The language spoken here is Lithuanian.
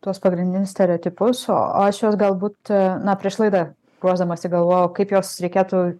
tuos pagrindinius stereotipus o aš juos galbūt na prieš laidą ruošdamasi galvojau kaip juos reikėtų